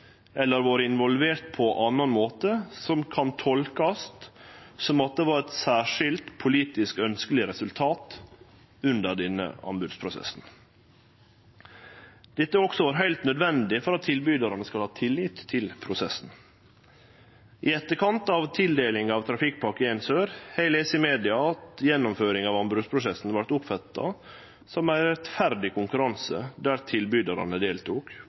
eller vore involvert på annan måte som kan tolkast som at det var eit særskilt politisk ønskjeleg resultat under denne anbodsprosessen. Dette har også vore heilt nødvendig for at tilbydarane skal ha tillit til prosessen. I etterkant av tildelinga av Trafikkpakke 1 Sør har eg lese i media at gjennomføringa av anbodsprosessen vart oppfatta som ein rettferdig konkurranse der tilbydarane deltok